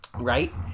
right